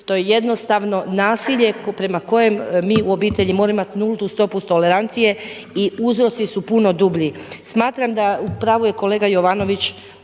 To je jednostavno nasilje prema kojem mi u obitelji moramo imati nultu stopu tolerancije i uzroci su puno dublji. Smatram da u pravu je kolega Jovanović,